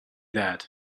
that